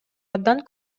абдан